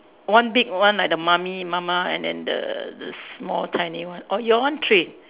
one big one like the mummy mama and then the the small tiny one orh your one three